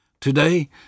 Today